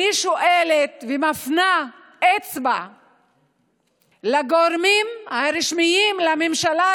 אני שואלת ומפנה אצבע לגורמים הרשמיים לממשלה,